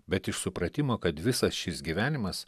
bet iš supratimo kad visas šis gyvenimas